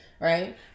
Right